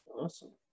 Awesome